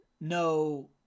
no